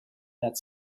that